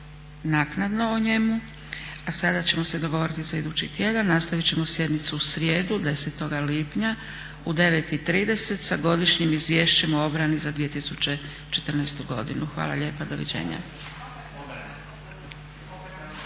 naknadno o njemu. A sada ćemo se dogovoriti za idući tjedan. Nastavit ćemo sjednicu u srijedu 10.lipnja u 9,30 sa godišnjim izvješćem o obrani za 2014.godinu. Hvala lijepa. Doviđenja.